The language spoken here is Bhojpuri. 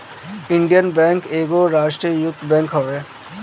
इंडियन बैंक एगो राष्ट्रीयकृत बैंक हवे